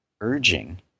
urging